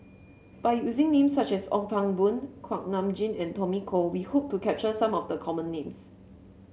by using names such as Ong Pang Boon Kuak Nam Jin and Tommy Koh we hope to capture some of the common names